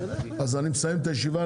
אני מסיים את הישיבה,